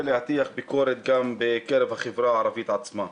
להטיח ביקורת בקרב החברה הערבית עצמה.